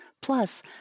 Plus